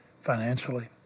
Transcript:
financially